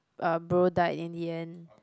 um bro died in the end